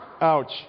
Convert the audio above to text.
Ouch